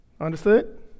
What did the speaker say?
Understood